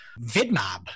VidMob